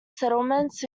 settlements